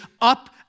up